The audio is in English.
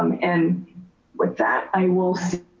um and with that, i will so